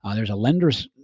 ah there's a lenders,